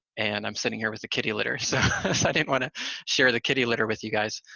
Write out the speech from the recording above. and i'm sitting here with the kitty litter so i didn't want to share the kitty litter with you guys.